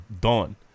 done